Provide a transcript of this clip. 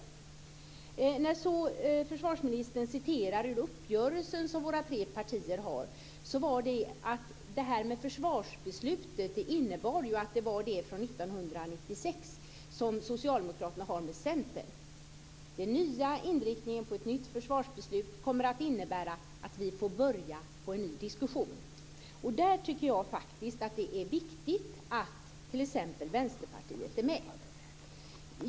När så försvarsministern citerade ur den uppgörelse som vi tre partier har, var det detta att försvarsbeslutet är det beslut från 1996 som Socialdemokraterna har med Centern. Den nya inriktningen på ett nytt försvarsbeslut kommer att innebära att vi får börja på en ny diskussion. Där tycker jag faktiskt att det är viktigt att t.ex. Vänsterpartiet är med.